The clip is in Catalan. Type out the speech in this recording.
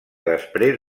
després